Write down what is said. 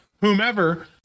Whomever